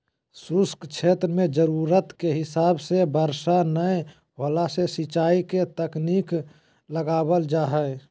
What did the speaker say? शुष्क क्षेत्र मे जरूरत के हिसाब से बरसा नय होला से सिंचाई के तकनीक लगावल जा हई